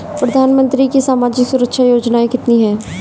प्रधानमंत्री की सामाजिक सुरक्षा योजनाएँ कितनी हैं?